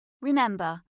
Remember